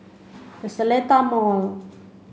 The Seletar Mall